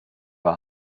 war